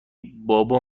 بابا